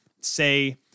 say